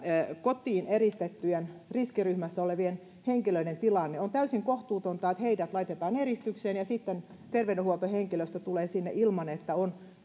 kotiin eristettyjen riskiryhmässä olevien henkilöiden tilanne on täysin kohtuutonta että heidät laitetaan eristykseen ja sitten terveydenhuoltohenkilöstö tulee sinne ilman että on